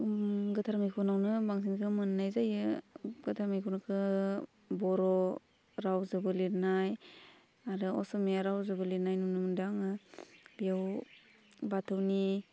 गोथार मैखुनावनो बांसिनखौ मोन्नाय जायो गोथार मैखुनखौ बर' रावजोंबो लिरनाय आरो असमिया रावजोंबो लिरनाय नुनो मोनदों आङो बेयाव बाथौनि